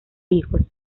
hijos